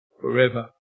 forever